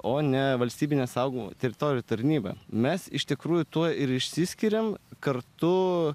o ne valstybinė saugomų teritorijų tarnyba mes iš tikrųjų tuo ir išsiskiriam kartu